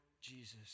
Jesus